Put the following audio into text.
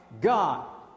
God